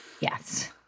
Yes